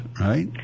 right